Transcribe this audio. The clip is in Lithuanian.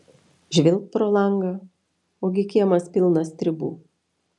žvilgt pro langą ogi kiemas pilnas stribų